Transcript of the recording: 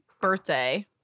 birthday